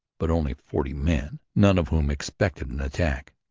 but only forty men, none of whom expected an attack.